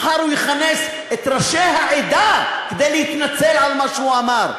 מחר הוא יכנס את ראשי העדה כדי להתנצל על מה שהוא אמר.